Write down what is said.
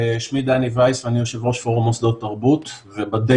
אני יושב ראש פורום מוסדות תרבות וב-day